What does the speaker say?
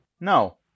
No